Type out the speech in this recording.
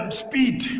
speed